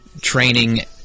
training